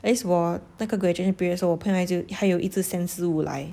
at least 我那个 graduation period 的时候我朋友还有还有一直 send 食物来